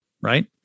Right